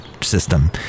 system